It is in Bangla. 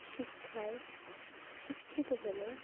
শিক্ষায় শিক্ষিত হলে